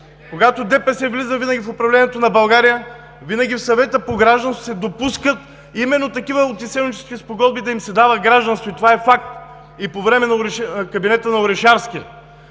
Когато ДПС влиза в управлението на България, винаги в Съвета по гражданство се допускат именно такива от изселническите спогодби да им се дава гражданство и това е факт! По време на кабинета на Орешарски